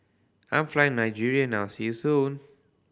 I'm flying Nigeria now see you soon